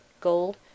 gold